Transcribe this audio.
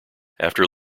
after